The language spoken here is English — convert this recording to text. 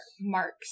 marks